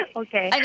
okay